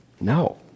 No